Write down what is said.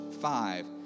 five